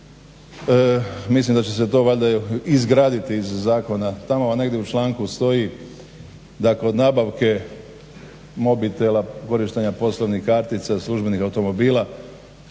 Mislim da će se to valjda izgraditi iz zakona. Tamo negdje u članku stoji dakle od nabavke mobitela, korištenja poslovnih kartica, službenih automobila